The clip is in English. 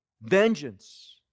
vengeance